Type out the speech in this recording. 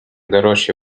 дорожче